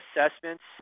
assessments